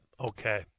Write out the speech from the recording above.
Okay